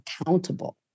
accountable